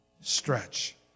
stretch